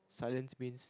silent means